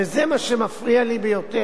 וזה מה שמפריע לי ביותר,